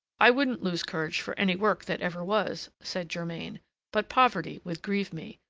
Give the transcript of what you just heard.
i wouldn't lose courage for any work that ever was, said germain but poverty would grieve me,